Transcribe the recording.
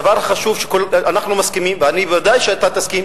דבר חשוב, שאנחנו מסכימים, וודאי שאתה תסכים,